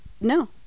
No